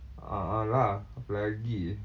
a'ah lah apa lagi